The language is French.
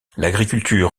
l’agriculture